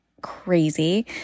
crazy